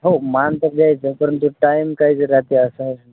हो मान तर द्यायचा परंतु टाईम कायच राहाते असा